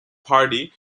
party